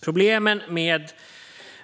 Problemen med